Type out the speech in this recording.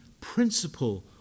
principle